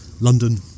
London